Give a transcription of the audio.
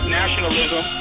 nationalism